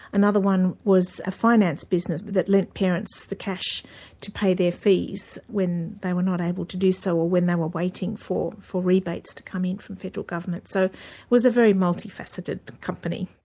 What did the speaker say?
another one was a finance business but that lent parents the cash to pay their fees when they were not able to do so, or when they were waiting for for rebates to come in from federal government, so was a very multi-faceted company.